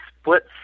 split